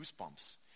goosebumps